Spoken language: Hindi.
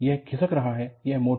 यह खिसक रहा है यह मोड